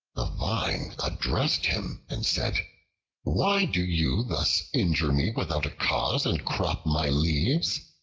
the vine addressed him and said why do you thus injure me without a cause, and crop my leaves?